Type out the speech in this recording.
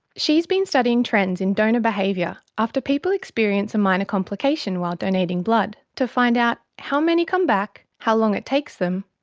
she's been studying trends in donor behaviour after people experience a minor complication while donating blood, to find out how many come back, how long it takes them,